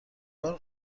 این